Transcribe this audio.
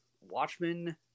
Watchmen